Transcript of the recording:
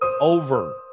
over